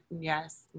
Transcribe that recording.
yes